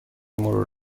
مرور